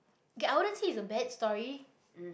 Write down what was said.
okay I wouldn't say it's a bad story